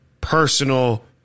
personal